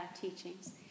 teachings